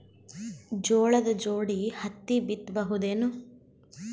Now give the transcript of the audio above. ಜೋಳದ ಜೋಡಿ ಹತ್ತಿ ಬಿತ್ತ ಬಹುದೇನು?